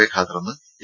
A ഖാദറെന്ന് A